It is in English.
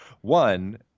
one